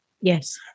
Yes